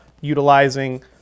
utilizing